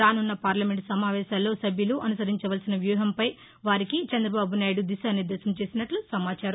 రాసున్న parliament సమావేశాల్లో సభ్యులు అనుసరించవలసిన వ్యూహంపై వారికి చంద్రబాబునాయుడు దిశానిర్దేశం చేసినట్ల సమాచారం